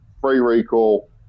free-recall